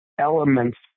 elements